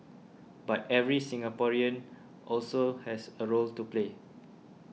but every Singaporean also has a role to play